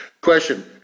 Question